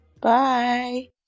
Bye